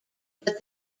but